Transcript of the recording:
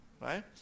right